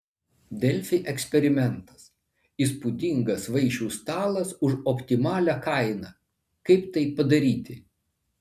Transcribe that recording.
delfi eksperimentas įspūdingas vaišių stalas už optimalią kainą kaip tai padaryti